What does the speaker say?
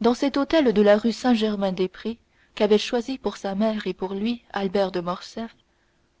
dans cet hôtel de la rue saint-germain-des-prés qu'avait choisi pour sa mère et pour lui albert de morcerf